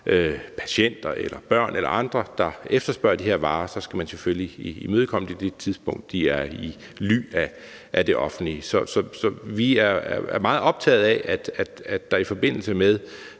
patienter eller børn eller andre, der efterspørger de her varer, skal man selvfølgelig imødekomme det på det tidspunkt, de er i ly af det offentlige. Så vi er meget optaget af, at der i forbindelse med